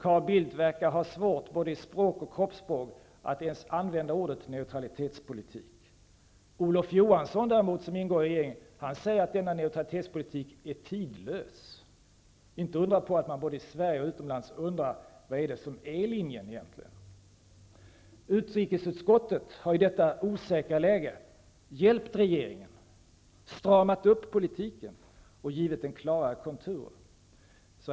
Carl Bildt verkar ha svårt både i språk och kroppsspråk att ens använda ordet neutralitetspolitik, Olof Johansson däremot -- som också ingår i regeringen -- säger att denna neutralitetspolitik är tidlös. Inte undra på att man både i Sverige och utomlands undrar: Vad är egentligen Sveriges linje? Utrikesutskottet har i detta osäkra läge hjälpt regeringen genom att strama upp politiken och ge den klara konturer.